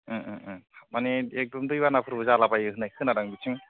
मानि एखदम दै बानाफोरबो जाला बायो होननाय खोनादां बिथिं